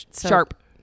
Sharp